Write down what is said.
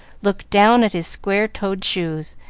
looked down at his square-toed shoes,